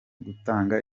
gutanga